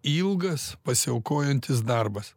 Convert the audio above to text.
ilgas pasiaukojantis darbas